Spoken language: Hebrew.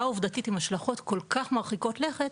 עובדתית עם השלכות כל כך מרחיקות לכת,